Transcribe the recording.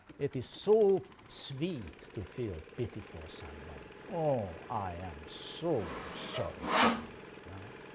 it is so sweet to feel pity for somebody. oh, i am so sorry for you. right?